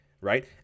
right